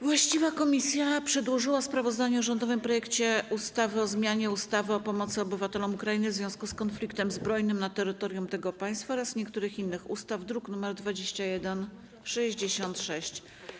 Właściwa komisja przedłożyła sprawozdanie o rządowym projekcie ustawy o zmianie ustawy o pomocy obywatelom Ukrainy w związku z konfliktem zbrojnym na terytorium tego państwa oraz niektórych innych ustaw, druk nr 2166.